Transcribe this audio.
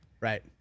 right